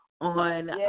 on